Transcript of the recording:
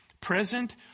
Present